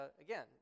again